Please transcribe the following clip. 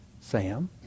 Sam